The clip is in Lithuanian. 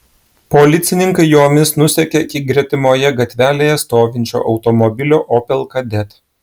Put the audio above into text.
policininkai jomis nusekė iki gretimoje gatvelėje stovinčio automobilio opel kadett